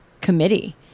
committee